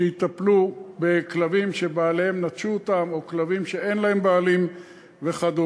שיטפלו בכלבים שבעליהם נטשו אותם או כלבים שאין להם בעלים וכדומה.